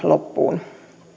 loppuun